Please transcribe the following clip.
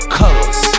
colors